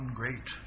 great